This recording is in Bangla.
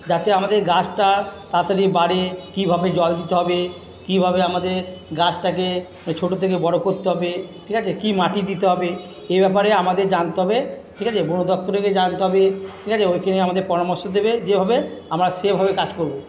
যাতে আমাদের গাছটা তাড়াতাড়ি বাড়ে কীভাবে জল দিতে হবে কীভাবে আমাদের গাছটাকে ছোটো থেকে বড় করতে হবে ঠিক আছে কী মাটি দিতে হবে এ ব্যাপারে আমাদের জানতে হবে ঠিক আছে বনদপ্তরের কাছে জানতে হবে ঠিক আছে ওইখানে আমাদের পরামর্শ দেবে যেভাবে আমরা সেভাবে কাজ করব